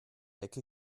ecke